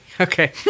Okay